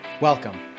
Welcome